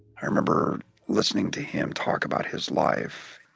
i remember listening to him talk about his life,